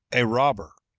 a robber,